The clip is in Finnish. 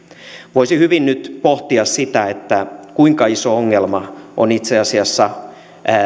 voisi hyvin nyt pohtia sitä kuinka iso ongelma on itse asiassa